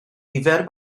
nifer